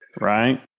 right